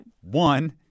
One